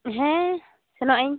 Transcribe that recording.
ᱦᱮᱸ ᱥᱮᱱᱚᱜ ᱟᱹᱧ